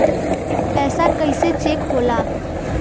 पैसा कइसे चेक होला?